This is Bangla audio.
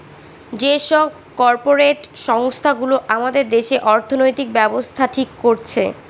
যে সব কর্পরেট সংস্থা গুলো আমাদের দেশে অর্থনৈতিক ব্যাবস্থা ঠিক করছে